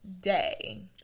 day